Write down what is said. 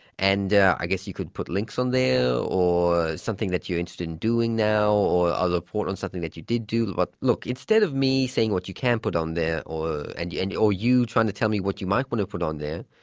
and i guess you could put links on there or something that you're interested in doing now or ah report on something that you did do. look, instead of me saying what you can put on there or and you and or you trying to tell me what you might want to put on there,